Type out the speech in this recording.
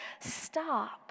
stop